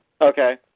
Okay